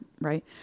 right